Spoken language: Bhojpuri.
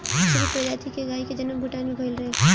सीरी प्रजाति के गाई के जनम भूटान में भइल रहे